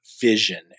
vision